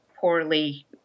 poorly